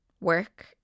work